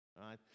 right